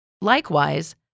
Likewise